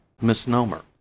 misnomer